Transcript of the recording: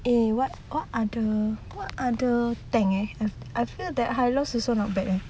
eh what other what other tank eh I feel that hylos also not bad eh